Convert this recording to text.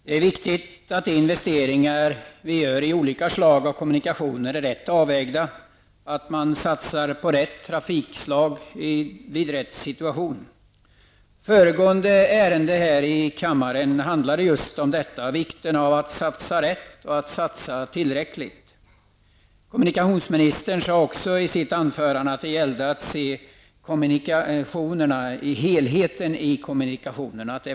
Herr talman! Det är viktigt att de investeringar vi gör i olika slag av kommunikationer är rätt avvägda och att man satsar på rätt trafikslag i rätt situation. Föregående ärende här i kammaren handlade just om detta, vikten av att satsa rätt och att satsa tillräckligt. Kommunikationsministern sade också i sitt anförande att det var viktigt att se helheten i kommunikationerna.